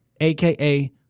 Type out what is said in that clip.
AKA